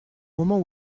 moment